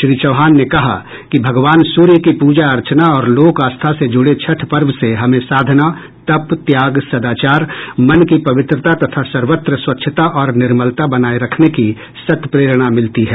श्री चौहान ने कहा कि भगवान सूर्य की प्रजा अर्चना और लोक आस्था से जुड़े छठ पर्व से हमें साधना तप त्याग सदाचार मन की पवित्रता तथा सर्वत्र स्वच्छता और निर्मलता बनाये रखने की सत्प्रेरणा मिलती है